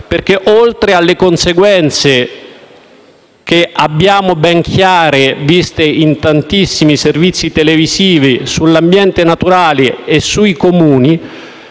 perché oltre alle conseguenze che abbiamo ben chiare, viste in tantissimi servizi televisivi, sull'ambiente naturale e sui Comuni,